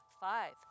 Five